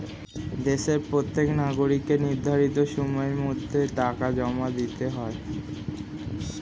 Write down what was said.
দেশের প্রত্যেক নাগরিককে নির্ধারিত সময়ের মধ্যে টাকা জমা দিতে হয়